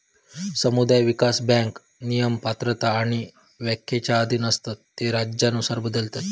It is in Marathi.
समुदाय विकास बँक नियम, पात्रता आणि व्याख्येच्या अधीन असतत जे राज्यानुसार बदलतत